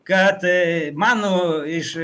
kad manų iš